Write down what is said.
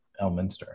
Elminster